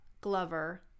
Glover